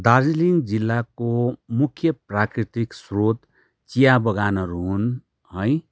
दार्जिलिङ जिल्लाको मुख्य प्राकृतिक स्रोत चिया बगानहरू हुन् है